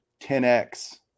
10x